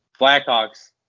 Blackhawks